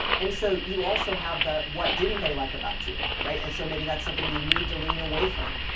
and so you also have the what didn't they like about you. right, and so maybe that's something you need to lean away from,